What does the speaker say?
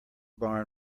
barn